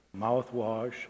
mouthwash